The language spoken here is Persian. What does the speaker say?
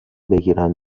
بگیرن